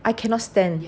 I cannot stand